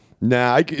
Nah